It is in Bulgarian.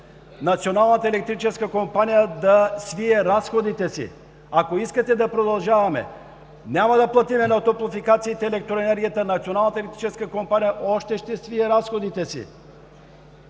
Националната електрическа компания да свие разходите си. Ако искате, да продължаваме. Няма да платим на топлофикациите електроенергията, Националната електрическа компания още ще свие разходите си.